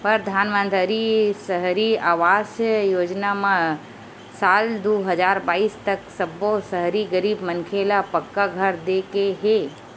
परधानमंतरी सहरी आवास योजना म साल दू हजार बाइस तक सब्बो सहरी गरीब मनखे ल पक्का घर दे के हे